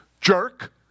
jerk